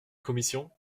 commission